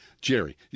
Jerry